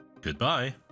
Goodbye